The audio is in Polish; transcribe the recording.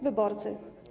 Wyborcy.